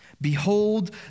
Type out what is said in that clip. Behold